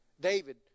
David